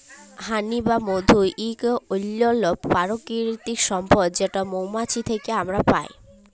হানি বা মধু ইক অনল্য পারকিতিক সম্পদ যেট মোমাছি থ্যাকে আমরা পায়